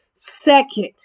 second